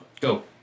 Go